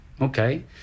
okay